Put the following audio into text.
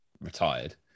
retired